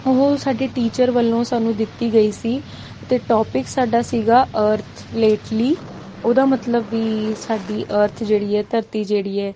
ਉਹ ਸਾਡੇ ਟੀਚਰ ਵੱਲੋਂ ਸਾਨੂੰ ਦਿੱਤੀ ਗਈ ਸੀ ਅਤੇ ਟੋਪਿਕ ਸਾਡਾ ਸੀਗਾ ਅਰਥ ਲੇਟਲੀ ਉਹਦਾ ਮਤਲਬ ਵੀ ਸਾਡੀ ਅਰਥ ਜਿਹੜੀ ਹੈ ਧਰਤੀ ਜਿਹੜੀ ਹੈ